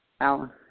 Alan